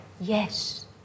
Yes